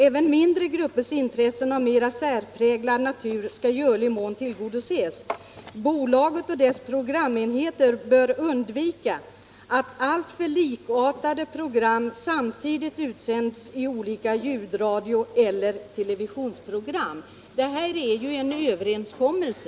Även mindre gruppers intressen av mera särpräglad natur skall i görlig mån tillgodoses. Bolaget och dess programenheter bör undvika, att alltför likartade program samtidigt utsänds i olika ljudradio eller televisionsprogram.” Det här är ju en överenskommelse.